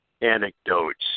anecdotes